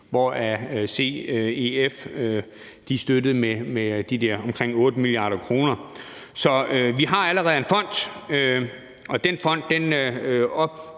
hvor CEF støttede med omkring 8 mia. kr. Så vi har allerede en fond, og den fond opfylder